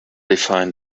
defined